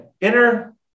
inner